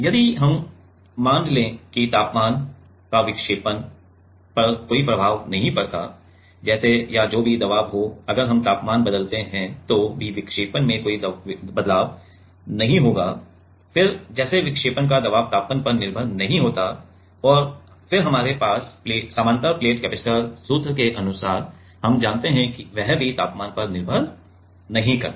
यदि हम यह मान लें कि तापमान का विक्षेपण पर कोई प्रभाव नहीं पड़ता है जैसे या जो भी दबाव हो अगर हम तापमान बदलते हैं तो भी विक्षेपण में कोई बदलाव नहीं होगा फिर जैसे विक्षेपण का दबाव तापमान पर निर्भर नहीं होता है और फिर हमारे समानांतर प्लेट कैपेसिटर सूत्र के अनुसार हम जानते हैं कि वह भी तापमान पर निर्भर नहीं करता